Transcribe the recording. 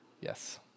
yes